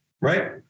right